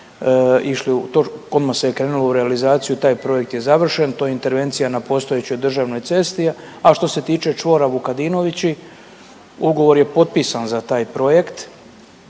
išli, odmah se je krenulo u realizaciju, taj projekt je završen, to je intervencija na postojećoj državnoj cesti. A što se tiče čvora Vukadinovići ugovor je potpisan za taj projekt